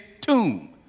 tomb